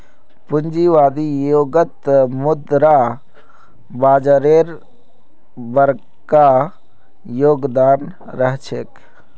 पूंजीवादी युगत मुद्रा बाजारेर बरका योगदान रह छेक